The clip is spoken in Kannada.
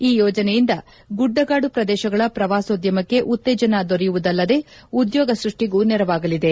ಈ ಯೋಜನೆಯಿಂದ ಗುಡ್ಡಗಾಡು ಪ್ರದೇಶಗಳ ಪ್ರವಾಸೋದ್ದಮಕ್ಕೆ ಉತ್ತೇಜನ ದೊರೆಯುವುದಲ್ಲದೆ ಉದ್ಯೋಗ ಸೃಷ್ಟಗೂ ನೆರವಾಗಲಿದೆ